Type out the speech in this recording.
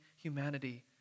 humanity